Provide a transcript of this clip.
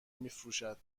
میفروشد